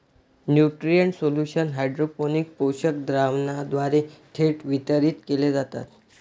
nutrient solution hydroponics पोषक द्रावणाद्वारे थेट वितरित केले जातात